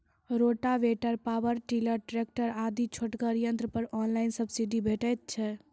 Rotavator, power tiller, tractor आदि छोटगर यंत्र पर ऑनलाइन सब्सिडी भेटैत छै?